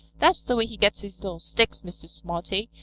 that's the way he gets his little sticks, mr. smarty,